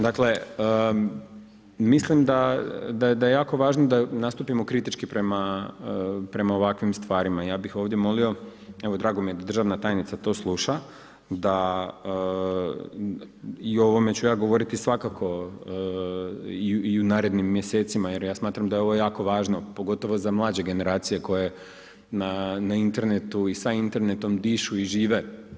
Dakle mislim da je jako važno da nastupimo kritički prema ovakvim stvarima i ja bih ovdje molio, evo drago mi je da državna tajnica to sluša da i o ovome ću ja govoriti svakako i u narednim mjesecima jer ja smatram da je ovo jako važno pogotovo za mlađe generacije koje na internetu i sa internetom dišu i žive.